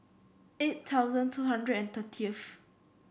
eight thousand two hundred and thirtieth